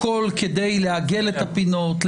הכול כדי לעגל את הפינות,